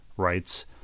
writes